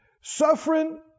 Suffering